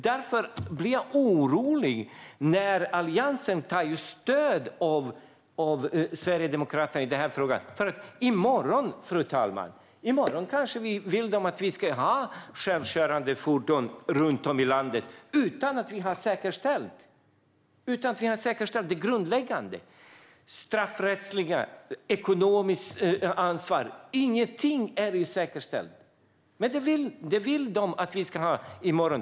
Därför blir jag orolig när Alliansen tar stöd av Sverigedemokraterna i denna fråga. I morgon, fru talman, kanske de vill att vi ska ha självkörande fordon runt om i landet utan att vi har säkerställt det grundläggande. Det handlar om det straffrättsliga och om ekonomiskt ansvar. Ingenting är säkerställt. Men detta vill de att vi ska göra i morgon.